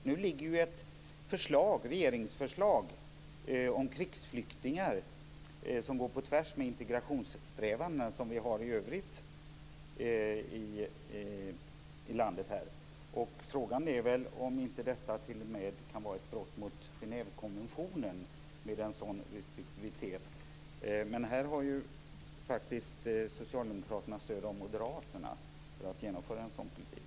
Det ligger nu ett regeringsförslag om krigsflyktingar som går på tvärs mot de integrationssträvanden som vi har i övrigt i landet. Frågan är om inte en sådan restriktivitet kan vara ett brott mot Genèvekonventionen. Här har socialdemokraterna stöd av moderaterna för att genomföra en sådan politik.